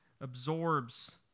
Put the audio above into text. absorbs